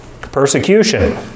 persecution